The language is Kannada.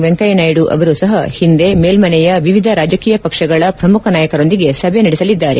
ವೆಂಕಯ್ಥನಾಯ್ಡು ಅವರೂ ಸಹ ಇಂದೇ ಮೇಲ್ಮನೆಯ ವಿವಿಧ ರಾಜಕೀಯ ಪಕ್ಷಗಳ ಪ್ರಮುಖ ನಾಯಕರೊಂದಿಗೆ ಸಭೆ ನಡೆಸಲಿದ್ದಾರೆ